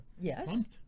yes